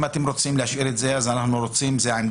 אם אתם רוצים להשאיר אותו אז אנחנו רוצים להחריג